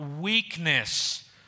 weakness